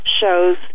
shows